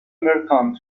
merchant